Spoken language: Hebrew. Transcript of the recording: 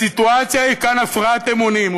הסיטואציה היא כאן הפרעת אמונים.